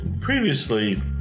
Previously